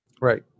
Right